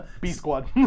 B-Squad